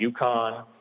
UConn